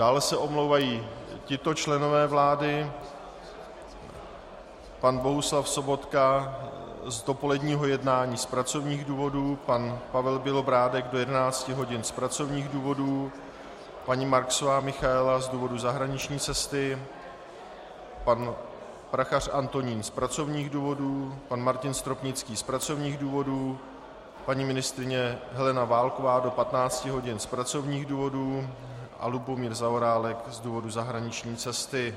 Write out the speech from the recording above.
Dále se omlouvají tito členové vlády: pan Bohuslav Sobotka z dopoledního jednání z pracovních důvodů, pan Pavel Bělobrádek do 11 hodin z pracovních důvodů, paní Marksová Michaela z důvodu zahraniční cesty, pan Prachař Antonín z pracovních důvodů, pan Martin Stropnický z pracovních důvodů, paní ministryně Helena Válková do 15 hodin z pracovních důvodů a Lubomír Zaorálek z důvodu zahraniční cesty.